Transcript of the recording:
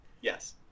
yes